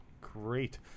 Great